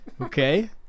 okay